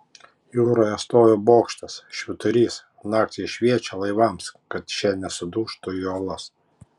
jūroje stovi bokštas švyturys naktį jis šviečia laivams kad šie nesudužtų į uolas